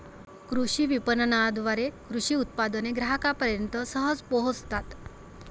कृषी विपणनाद्वारे कृषी उत्पादने ग्राहकांपर्यंत सहज पोहोचतात